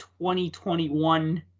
2021